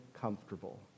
comfortable